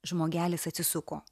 žmogelis atsisuko